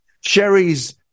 Sherry's